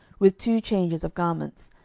with two changes of garments,